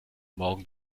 morgen